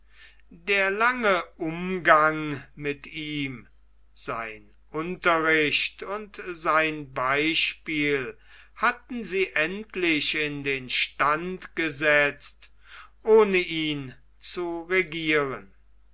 der lange umgang mit ihm sein unterricht und sein beispiel hatten sie endlich in den stand gesetzt ohne ihn zu regieren